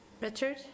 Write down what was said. richard